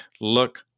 Look